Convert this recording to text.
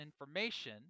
information